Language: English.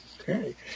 Okay